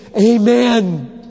Amen